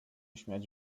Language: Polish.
śmiać